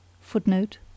footnote